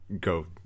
go